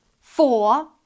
four